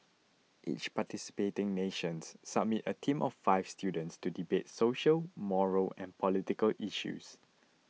each participating nation submits a team of five students to debate social moral and political issues